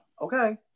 Okay